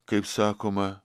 kaip sakoma